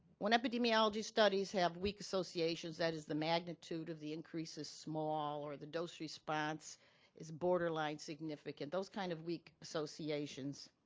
when epidemiology studies have weak associations, that is the magnitude of the increase is small or the dose response is borderline significant those kind of weak associations.